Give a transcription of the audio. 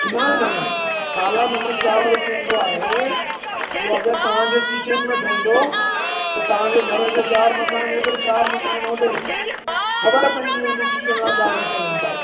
न न न काला नमक चांवर बि ईंदो आहे उहो अगरि तव्हां जे किचिन में ठहंदो त तव्हां जे घर जे चार मकान हेॾे चार मकान होॾे ख़बर पइजी वेंदी कि कहिड़ा चांवर चढ़नि था हुते